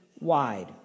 wide